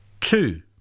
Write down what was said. Two